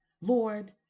Lord